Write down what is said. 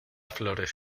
flores